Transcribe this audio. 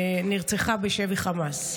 ונרצחה בשבי חמאס.